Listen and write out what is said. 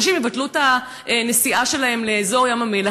ואנשים יבטלו את הנסיעה שלהם לאזור ים-המלח,